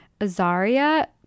Azaria